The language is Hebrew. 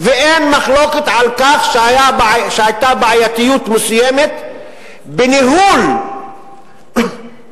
ואין מחלוקת על כך שהיתה בעייתיות מסוימת בניהול עניין